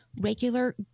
regular